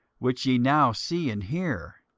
which ye now see and hear.